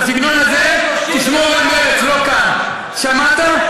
את הסגנון הזה תשמור למרצ, לא כאן, שמעת?